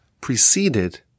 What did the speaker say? preceded